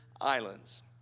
islands